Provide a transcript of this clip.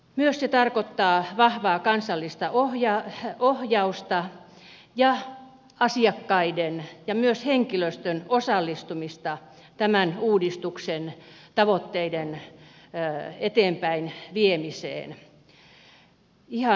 myös se tarkoittaa vahvaa kansallista ohjausta ja asiakkaiden ja myös henkilöstön osallistumista tämän uudistuksen tavoitteiden eteenpäinviemiseen ihan alusta loppuun saakka